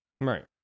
right